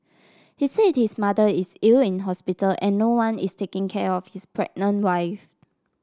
he said his mother is ill in hospital and no one is taking care of his pregnant wife